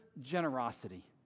generosity